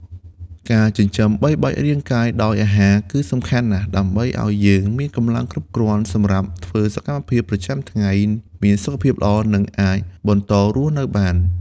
ការចិញ្ចឹមបីបាច់រាងកាយដោយអាហារគឺសំខាន់ណាស់ ដើម្បីឱ្យយើងមានកម្លាំងគ្រប់គ្រាន់សម្រាប់ធ្វើសកម្មភាពប្រចាំថ្ងៃ មានសុខភាពល្អ និងអាចបន្តរស់នៅបាន។